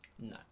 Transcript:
No